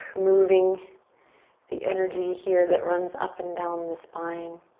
moving the energy here that runs up and down the spine.